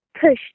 push